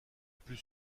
plus